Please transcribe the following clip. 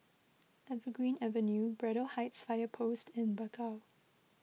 Evergreen Avenue Braddell Heights Fire Post and Bakau